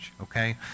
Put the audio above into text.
Okay